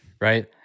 right